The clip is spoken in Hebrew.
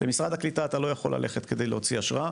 למשרד הקליטה אתה לא יכול ללכת כדי להוציא אשרה.